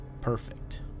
perfect